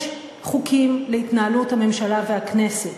יש חוקים להתנהלות הממשלה והכנסת.